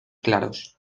claros